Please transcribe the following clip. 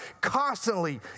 constantly